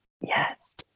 yes